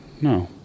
No